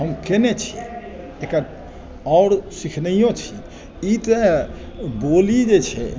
हम कयने छियै एकर आओर सीखनैयो छी ई तऽ बोली जे छै